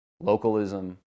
localism